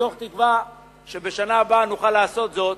מתוך תקווה שבשנה הבאה נוכל לעשות זאת